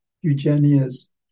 Eugenia's